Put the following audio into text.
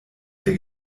der